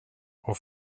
och